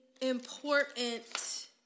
important